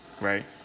Right